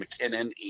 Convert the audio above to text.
McKinnon